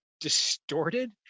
distorted